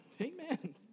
Amen